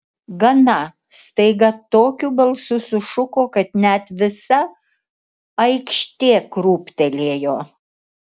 gana staiga tokiu balsu sušuko kad net visa aikštė krūptelėjo